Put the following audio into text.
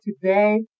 today